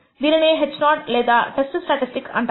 దీనినే h naught test statistic అంటారు